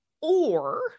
Or-